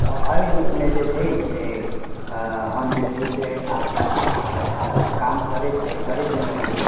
एहि रूपमे जे छै से हम जे छै से काम करैत छलहुँ हँ